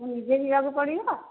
ମୁଁ ନିଜେ ଯିବାକୁ ପଡ଼ିବ